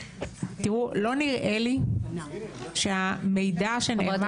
לא נראה לי שהמידע שנאמר כאן.